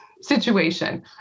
situation